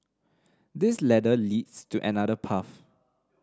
this ladder leads to another path